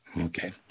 Okay